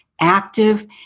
active